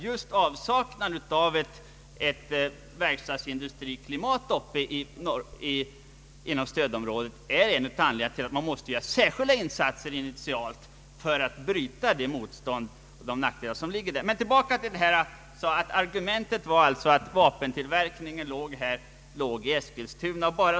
Just avsaknad av verkstadsindustriklimat inom stödområdet är en av anledningarna till att man måste göra särskilda insatser för att bryta detta motstånd. Ett argument var alltså att vapentillverkningen finns i Eskilstuna.